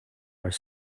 are